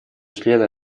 члены